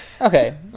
Okay